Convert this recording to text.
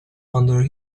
under